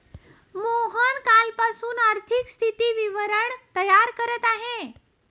मोहन कालपासून आर्थिक स्थिती विवरण तयार करत आहे